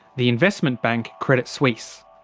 the investment bank credit suisse.